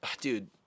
dude